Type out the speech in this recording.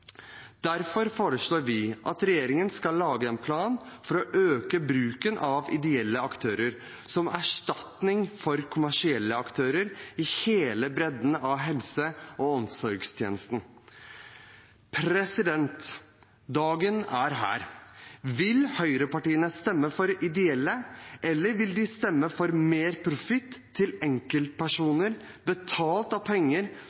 Derfor foreslår vi at regjeringen skal lage en plan for å øke bruken av ideelle aktører, som erstatning for kommersielle aktører, i hele bredden av helse- og omsorgstjenesten. Dagen er her. Vil høyrepartiene stemme for ideelle, eller vil de stemme for mer profitt til enkeltpersoner, betalt av penger